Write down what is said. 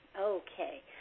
Okay